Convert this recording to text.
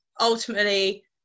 ultimately